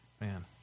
Man